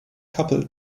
couple